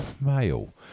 male